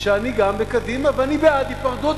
שאני בקדימה ואני בעד היפרדות,